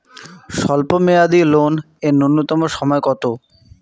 স্বল্প মেয়াদী লোন এর নূন্যতম সময় কতো?